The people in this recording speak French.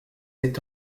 est